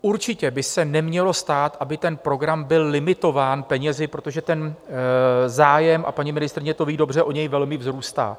Určitě by se nemělo stát, aby ten program byl limitován penězi, protože ten zájem, a paní ministryně to ví dobře, o něj velmi vzrůstá.